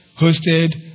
hosted